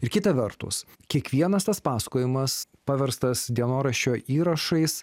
ir kita vertus kiekvienas tas pasakojimas paverstas dienoraščio įrašais